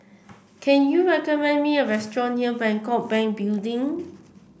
can you recommend me a restaurant near Bangkok Bank Building